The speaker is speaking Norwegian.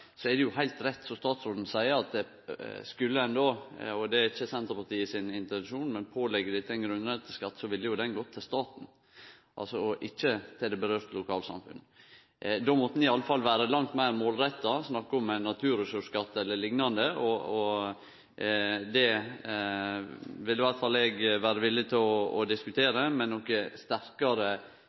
er det heilt rett som statsråden seier, at skulle ein påleggje dette ein grunnrenteskatt, ville det gå til staten og ikkje til dei berørte lokalsamfunna. Det er ikkje Senterpartiet sin intensjon. Då måtte ein vere langt meir målretta og snakke om ein naturressursskatt eller liknande. Det vil i alle fall eg vera villig til å diskutere, men nokon sterkare